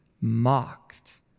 mocked